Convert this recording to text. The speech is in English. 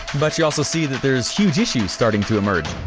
but you also see that there's huge issues starting to emerge,